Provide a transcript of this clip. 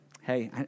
hey